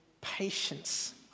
patience